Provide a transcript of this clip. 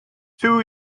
two